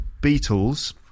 Beatles